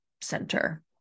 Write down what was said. center